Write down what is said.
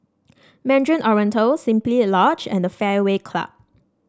Mandarin Oriental Simply Lodge and the Fairway Club